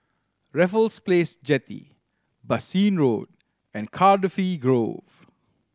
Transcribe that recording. Raffles Place Jetty Bassein Road and Cardifi Grove